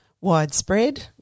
widespread